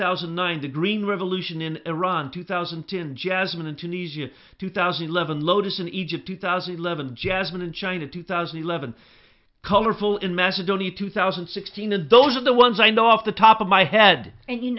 thousand and nine the green revolution in iran two thousand and ten jasmine and tunisia two thousand and eleven lotus in egypt two thousand and eleven jasmine in china two thousand and eleven colorful in macedonia two thousand and sixteen and those are the ones i know off the top of my head and you